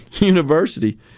University